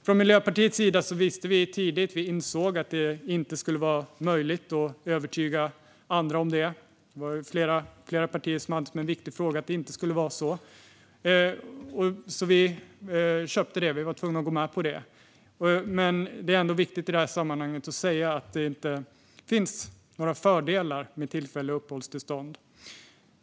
Från Miljöpartiets sida insåg vi tidigt att det inte skulle vara möjligt att övertyga andra om det. Det var flera partier som såg det som en viktig fråga att det inte skulle vara så. Vi köpte det och var tvungna att gå med på det. De är ändå viktigt i det här sammanhanget att säga att det inte finns några fördelar med tillfälliga uppehållstillstånd.